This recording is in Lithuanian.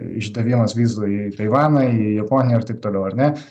išdavimas vizų į taivaną į japoniją ir taip toliau ar ne